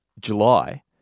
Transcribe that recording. July